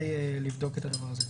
2. הצעת הכרזת